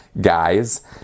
guys